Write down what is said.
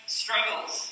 struggles